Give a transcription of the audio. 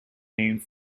named